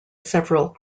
several